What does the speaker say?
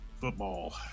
football